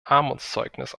armutszeugnis